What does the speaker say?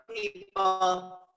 people